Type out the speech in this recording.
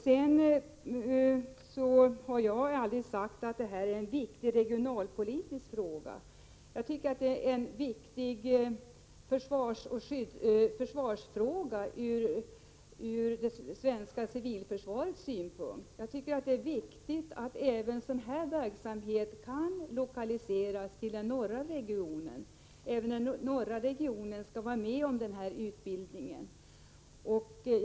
Jag har aldrig sagt att detta är en central regionalpolitisk fråga. Däremot tycker jag att det är en angelägen försvarsfråga från det svenska civilförsvarets synpunkt. Det är viktigt att även denna typ av verksamhet kan lokaliseras till den norra regionen, som också skall vara med om denna utbildning.